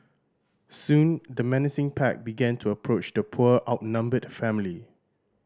soon the menacing pack began to approach the poor outnumbered family